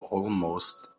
almost